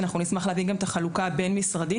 אנחנו נשמח להבין את החלוקה הבין-משרדית